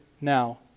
now